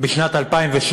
בשנת 2013